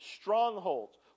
strongholds